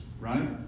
right